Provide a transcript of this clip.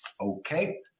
Okay